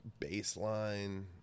baseline